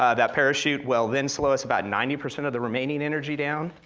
ah that parachute will then slow us about ninety percent of the remaining energy down,